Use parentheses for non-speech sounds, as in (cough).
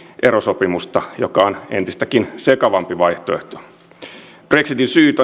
erosopimusta mikä on entistäkin sekavampi vaihtoehto nimenomaan brexitin syyt (unintelligible)